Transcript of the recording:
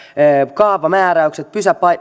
kaavamääräykset